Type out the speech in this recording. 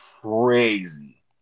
crazy